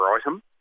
item